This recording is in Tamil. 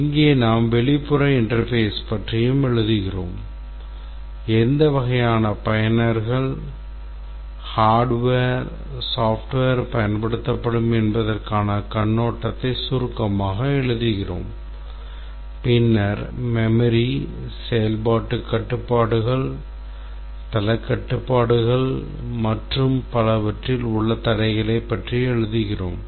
இங்கே நாம் வெளிப்புற interface பற்றியும் எழுதுகிறோம் எந்த வகையான பயனர்கள் hardware software பயன்படுத்தப்படும் என்பதற்கான கண்ணோட்டத்தை சுருக்கமாக எழுதுகிறோம் பின்னர் memory செயல்பாட்டுக் கட்டுப்பாடுகள் தளக் கட்டுப்பாடுகள் மற்றும் பலவற்றில் உள்ள தடைகளை பற்றி எழுதுகிறோம்